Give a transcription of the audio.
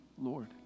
Lord